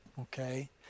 okay